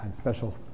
special